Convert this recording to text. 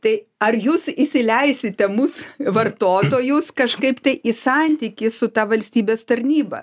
tai ar jūs įsileisite mus vartotojus kažkaip tai į santykį su ta valstybės tarnyba